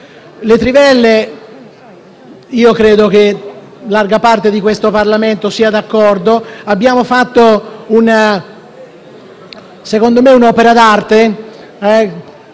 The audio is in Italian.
trivelle credo che larga parte di questo Parlamento sia d'accordo. Abbiamo fatto un'opera d'arte